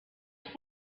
room